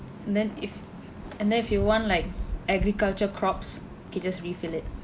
and then if and then if you want like agriculture crops you can just refill it